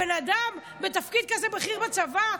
הבן אדם בתפקיד כזה בכיר בצבא,